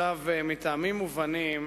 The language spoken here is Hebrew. מטעמים מובנים,